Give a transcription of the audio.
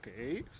Okay